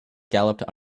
galloped